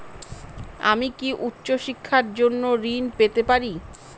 আমি কি উচ্চ শিক্ষার জন্য ঋণ পেতে পারি?